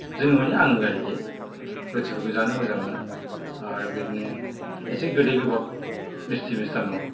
जोङो मानो आङो आरोखि रुथिफोरखौ जानो मोजां मोनो आरो बिदिनो एसे गोदै गोबाब मिस्थि मिस्थानन'